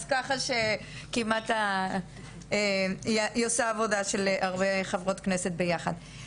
אז ככה שהיא עושה עבודה של הרבה חברות כנסת ביחד.